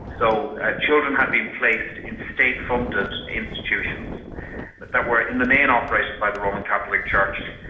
so children had been placed in state funded institutions that that were, in the main, operated by the roman catholic church.